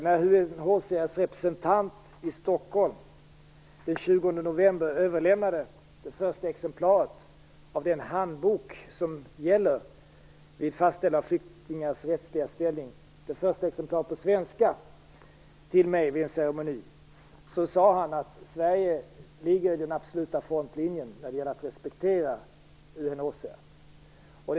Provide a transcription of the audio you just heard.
När UNHCR:s representant den 20 november här i Stockholm till mig överlämnade det första exemplaret på svenska av den handbok som gäller vid fastställande av flyktingars rättsliga ställning - överlämnandet skedde vid en ceremoni - sade den här representanten att Sverige ligger i den absoluta frontlinjen när det gäller att respektera UNHCR.